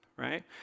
right